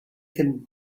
can